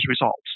results